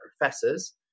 professors